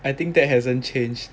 I think that hasn't changed